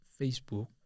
Facebook